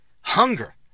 Hunger